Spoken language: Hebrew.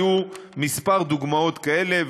היו כמה דוגמאות כאלה.